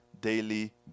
daily